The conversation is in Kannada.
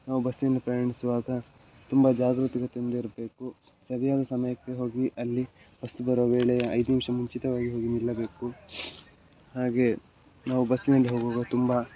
ನಾವು ಬಸ್ಸಿನಲ್ಲಿ ಪ್ರಯಾಣಿಸುವಾಗ ತುಂಬ ಜಾಗ್ರತಿಗತಿಯಿಂದ ಇರಬೇಕು ಸರಿಯಾದ ಸಮಯಕ್ಕೆ ಹೋಗಿ ಅಲ್ಲಿ ಬಸ್ ಬರುವ ವೇಳೆ ಐದು ನಿಮಿಷ ಮುಂಚಿತವಾಗಿ ಹೋಗಿ ನಿಲ್ಲಬೇಕು ಹಾಗೇ ನಾವು ಬಸ್ಸಿನಲ್ಲಿ ಹೋಗುವಾಗ ತುಂಬ